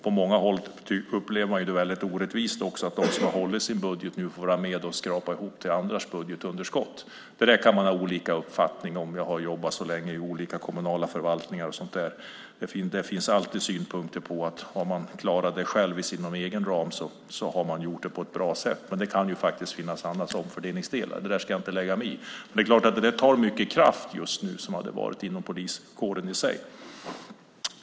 På många håll upplever man det också som väldigt orättvist att de som har hållit sin budget nu får vara med och skrapa ihop till andras budgetunderskott. Det där kan man ha olika uppfattning om. Jag har jobbat länge i olika kommunala förvaltningar och sådant. Det finns alltid synpunkter på att om man har klarat sig inom sin egen ram har man gjort det på ett bra sätt. Men det kan ju finnas andra omfördelningsfaktorer. Det där ska jag inte lägga mig i. Men det är klart att det där tar mycket kraft just nu inom poliskåren.